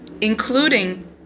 including